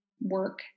work